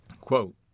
quote